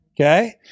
Okay